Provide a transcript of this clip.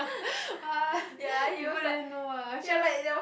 !wah! people didn't know ah sure